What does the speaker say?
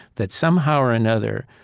that somehow or another,